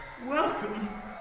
Welcome